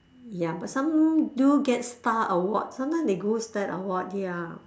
ya but some do get star awards sometime they good is that they award their